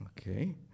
Okay